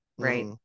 right